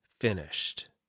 finished